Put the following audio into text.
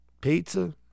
pizza